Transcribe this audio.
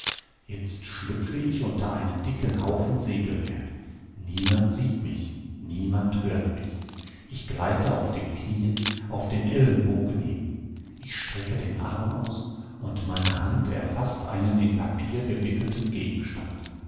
jetzt schlüpfe ich unter einen dicken haufen segelwerk niemand sieht mich niemand hört mich ich gleite auf den knien auf den ellenbogen hin ich strecke den arm aus und meine hand erfaßt einen in papier gewickelten gegenstand